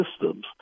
systems